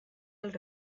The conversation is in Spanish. del